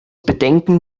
bedenken